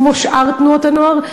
כמו שאר תנועות הנוער.